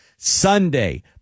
Sunday